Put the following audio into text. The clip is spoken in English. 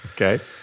Okay